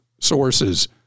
sources